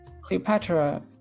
Cleopatra